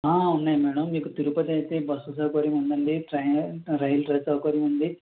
ఉన్నాయి మేడం మీకు తిరుపతి అయితే బస్ సౌకర్యం ఉందండి ట్రైన్ రైల్ సౌకర్యం ఉంది